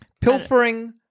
Pilfering